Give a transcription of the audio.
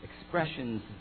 expressions